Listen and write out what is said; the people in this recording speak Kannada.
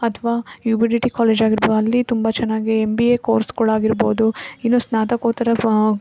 ಅಥವಾ U B D T college ಆಗಿರ್ಬೋದು ಅಲ್ಲಿ ತುಂಬ ಚೆನ್ನಾಗಿ ಎಮ್ ಬಿ ಎ ಕೋರ್ಸ್ಗಳು ಆಗಿರ್ಬೋದು ಇನ್ನು ಸ್ನಾತಕೋತ್ತರ ಪ